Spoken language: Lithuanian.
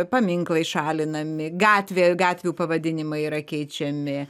paminklai šalinami gatvė gatvių pavadinimai yra keičiami